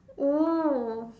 !woo!